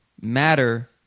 matter